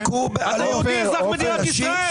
אדוני הוא אזרח מדינת ישראל.